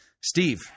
Steve